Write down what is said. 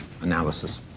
analysis